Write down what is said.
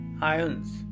ions